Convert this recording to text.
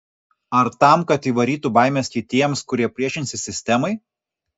ar tam kad įvarytų baimės kitiems kurie priešinsis sistemai